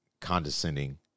condescending